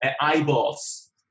eyeballs